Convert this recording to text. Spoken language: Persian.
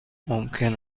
ممکن